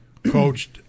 coached